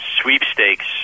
sweepstakes